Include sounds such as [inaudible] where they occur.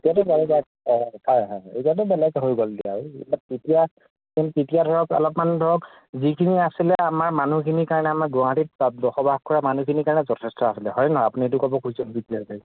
এতিয়াটো [unintelligible] হয় হয় এতিয়াটো বেলেগ হৈ গ'ল [unintelligible] তেতিয়া তেতিয়া ধৰক অলপমান ধৰক যিখিনি আছিলে আমাৰ মানুহখিনিৰ কাৰণে আমাৰ গুৱাহাটীত বসবাস কৰা মানুহখিনিৰ কাৰণে যথেষ্ট আছিলে হয় নহয় আপুনি সেইটোৱে ক'ব খুজিছে [unintelligible]